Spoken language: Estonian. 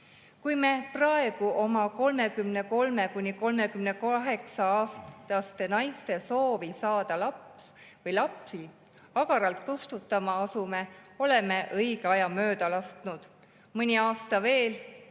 Kui me praegu oma 33–38‑aastaste naiste soovi saada laps või lapsi agaralt kustutama asume, oleme õige aja mööda lasknud. Mõni aasta veel